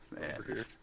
Man